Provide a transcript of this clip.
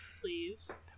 Please